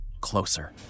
closer